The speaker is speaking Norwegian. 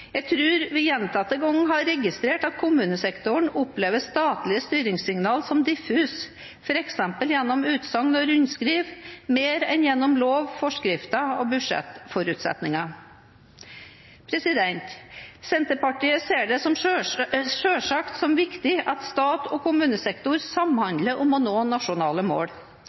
Jeg tror vi gjentatte ganger har registrert at kommunesektoren opplever statlige styringssignaler som diffuse, f.eks. gjennom utsagn og rundskriv mer enn gjennom lov, forskrifter og budsjettforutsetninger. Senterpartiet ser det selvsagt som viktig at stat og kommunesektor samhandler om å nå nasjonale mål.